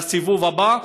לסיבוב הבא,